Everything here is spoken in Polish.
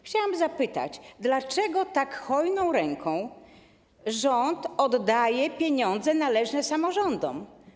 Chciałam zapytać: Dlaczego rząd tak hojną ręką oddaje pieniądze należne samorządom?